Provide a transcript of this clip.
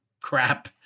crap